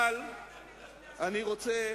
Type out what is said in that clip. אבל אני רוצה